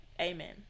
Amen